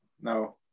No